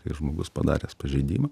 kai žmogus padaręs pažeidimą